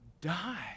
die